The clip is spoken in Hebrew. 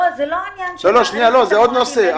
זה עוד נושא.